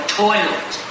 toilet